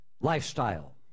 lifestyle